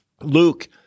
Luke